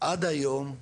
עד היום,